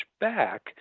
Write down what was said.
back